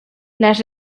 las